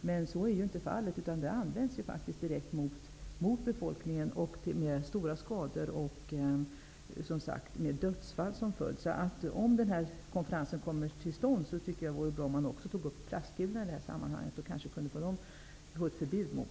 Så är inte fallet, utan de används faktiskt direkt mot befolkning, vilket medför stora skador och som sagt dödsfall. Om en konferens kommer till stånd, tycker jag att det vore bra om man också tog upp frågan om förbud mot eller begränsningar i användningen av plastkulor.